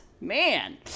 man